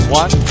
one